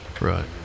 Right